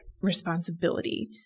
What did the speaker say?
responsibility